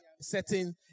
setting